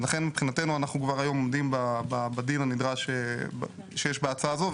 לכן מבחינתנו אנחנו כבר היום עומדים בדין הנדרש שיש בהצעה הזו,